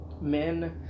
men